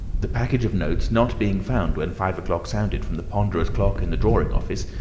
the package of notes not being found when five o'clock sounded from the ponderous clock in the drawing office,